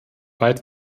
weit